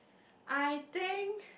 I think